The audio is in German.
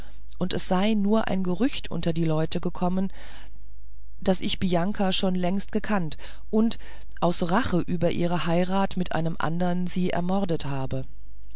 und es sei nur ein gerücht unter die leute gekommen daß ich bianka schon längst gekannt und aus rache über ihre heirat mit einem andern sie ermordet habe